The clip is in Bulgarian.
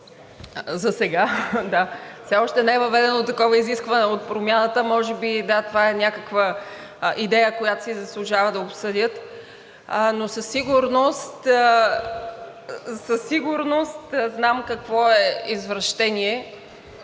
засега, да. Все още не е въведено такова изискване от Промяната. Може би това е някаква идея, която си заслужава да обсъдят, но със сигурност знам какво е извращение